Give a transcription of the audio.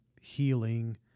healing